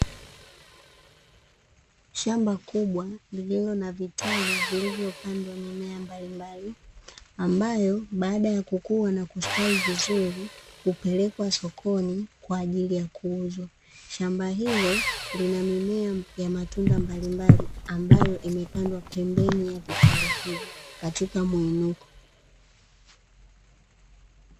Shamba kubwa lililo na vitalu vilivyopandwa mimea mbalimbali, ambayo baada ya kukua na kustawi vizuri hupelekwa sokoni kwa ajili ya kuuzwa. Shamba hilo lina mimea ya matunda mbalimbali, ambayo imepandwa pembeni ya vitalu hivyo katika mwinuko.